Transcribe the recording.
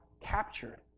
captured